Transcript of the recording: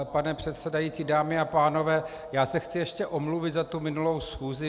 Pane předsedající, dámy a pánové, já se chci ještě omluvit za tu minulou schůzi.